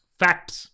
facts